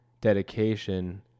dedication